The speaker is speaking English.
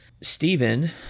Stephen